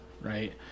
right